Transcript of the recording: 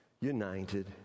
united